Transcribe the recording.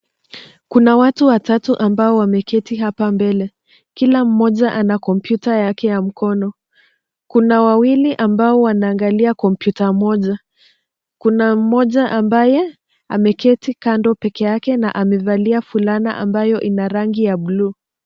Kuna watu watatu ambao wameketi hapa mbele. Kila mmoja ana kompyuta yake ya mkono. Kuna wawili ambao wanaangalia kompyuta moja. Kuna mmoja ambaye ameketi kando pekee yake na amevalia fulana ambayo ina rangi ya bluu.